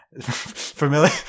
familiar